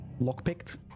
Lockpicked